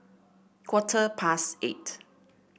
quarter past eight